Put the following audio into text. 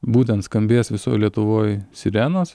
būtent skambės visoj lietuvoj sirenos